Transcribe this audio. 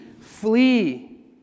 Flee